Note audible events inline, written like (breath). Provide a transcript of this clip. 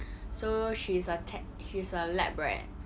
(breath) so she's a tech~ she's a lab rat